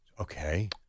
Okay